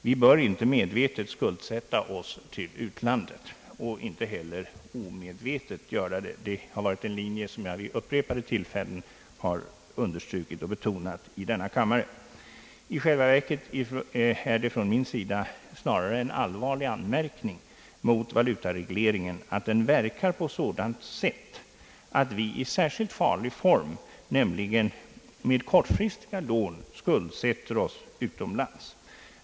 Vi bör inte medvetet skuldsätta oss till utlandet och inte heller omedvetet göra det. Det har varit en linje som jag vid upprepade tillfällen har understrukit och betonat i denna kammare. I själva verket är det från min sida en allvarlig anmärkning mot valutaregleringen, att den verkar på ett sådant sätt att vi i en särskilt farlig form, nämligen med kortfristiga lån, skuldsätter oss utomlands.